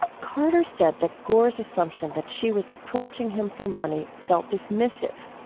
carter said that gore's assumption that she was approaching him for money felt dismissive.